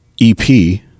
EP